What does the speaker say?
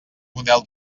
model